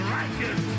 righteous